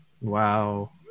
Wow